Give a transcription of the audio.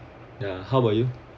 ya how about you